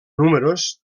números